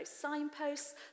signposts